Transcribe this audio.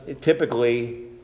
typically